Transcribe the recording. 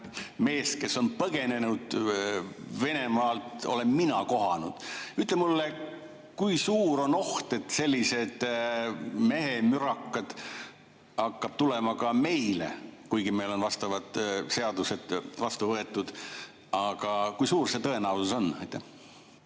mees, kes on Venemaalt põgenenud. Ütle mulle, kui suur on oht, et selliseid mehemürakaid hakkab tulema ka meile, kuigi meil on vastavad seadused vastu võetud. Kui suur see tõenäosus on?